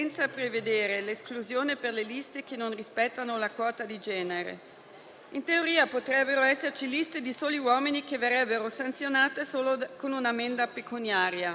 Per tutte queste ragioni, esprimeremo un voto favorevole.